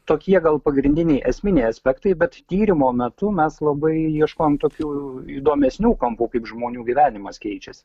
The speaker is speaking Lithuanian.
tokie gal pagrindiniai esminiai aspektai bet tyrimo metu mes labai ieškojom tokių įdomesnių kampų kaip žmonių gyvenimas keičiasi